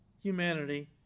humanity